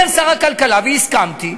אומר שר הכלכלה, והסכמתי,